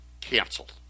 canceled